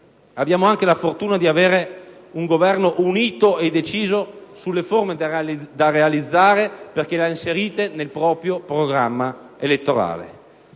Abbiamo anche la fortuna di avere un Governo unito e deciso sulle riforme da realizzare, perché le ha inserite nel proprio programma elettorale.